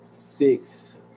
six